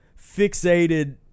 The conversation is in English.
fixated